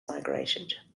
migrated